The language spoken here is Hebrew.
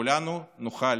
וכולנו נוכל